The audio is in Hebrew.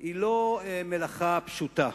אינה מלאכה פשוטה,